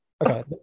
okay